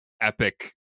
epic